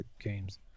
Games